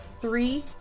three